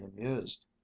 amused